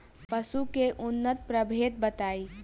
पशु के उन्नत प्रभेद बताई?